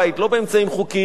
לא באמצעים חוקיים.